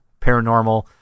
paranormal